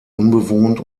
unbewohnt